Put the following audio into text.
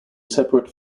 separate